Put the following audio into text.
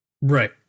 Right